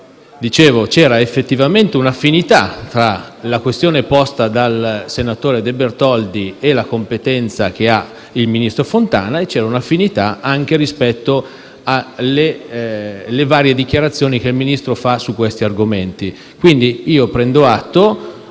Dicevo che c'era effettivamente un'affinità tra la questione posta dal senatore De Bertoldi e la competenza del ministro Fontana e c'era un'affinità rispetto alle varie dichiarazioni rese dal Ministro stesso su tali argomenti. Quindi prendo atto